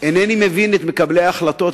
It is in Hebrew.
אינני מבין את מקבלי ההחלטות,